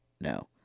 No